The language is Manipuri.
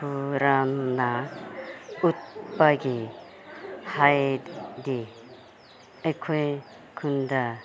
ꯈꯨꯔꯝꯅ ꯎꯠꯄꯒꯤ ꯍꯥꯏꯗꯤ ꯑꯩꯈꯣꯏ ꯈꯨꯟꯗ